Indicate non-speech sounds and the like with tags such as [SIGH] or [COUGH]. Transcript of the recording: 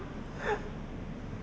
[BREATH]